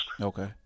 Okay